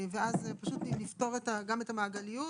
ואז נפתור גם את המעגליות